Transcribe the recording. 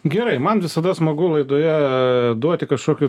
gerai man visada smagu laidoje duoti kažkokių